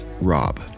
Rob